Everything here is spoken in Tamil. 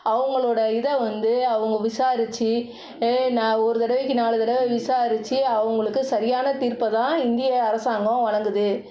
அவங்களோட இதை வந்து அவங்க விசாரிச்சு நான் ஒரு தடவைக்கு நாலு தடவை விசாரிச்சு அவங்களுக்கு சரியான தீர்ப்பை தான் இந்திய அரசாங்கம் வழங்குது